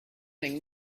thing